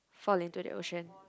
fall into the ocean